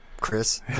Chris